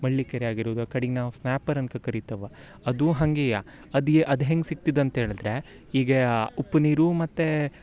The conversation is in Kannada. ಮಳ್ಳಿಕೆರೆ ಆಗಿರೂದು ಕಡೆಗೆ ನಾವು ಸ್ನ್ಯಾಪರ್ ಅನ್ಕ ಕರಿತ್ತವ ಅದು ಹಂಗೆಯ ಅದಿ ಅದು ಹೆಂಗೆ ಸಿಕ್ತಿದಂತ ಹೇಳಿದ್ರೆ ಈಗೆಯಾ ಉಪ್ಪು ನೀರು ಮತ್ತು